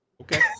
Okay